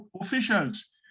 officials